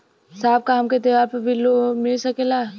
साहब का हमके त्योहार पर भी लों मिल सकेला?